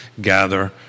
gather